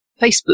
Facebook